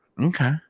Okay